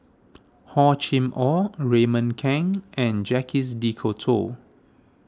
Hor Chim or Raymond Kang and Jacques De Coutre